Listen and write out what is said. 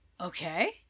Okay